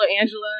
Angela